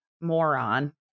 moron